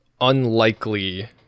unlikely